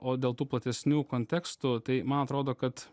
o dėl tų platesnių kontekstų tai man atrodo kad